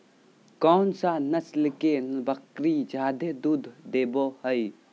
कौन सा नस्ल के बकरी जादे दूध देबो हइ?